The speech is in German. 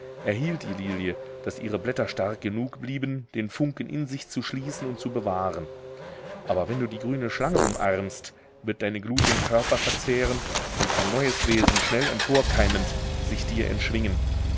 erhielt die lilie daß ihre blätter stark genug blieben den funken in sich zu schließen und zu bewahren aber wenn du die grüne schlange umarmst wird deine glut den körper verzehren und ein neues wesen schnell emporkeimend sich dir entschwingen